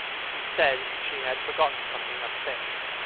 she said she had forgotten something upstairs.